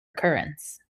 occurrence